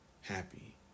happy